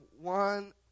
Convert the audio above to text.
one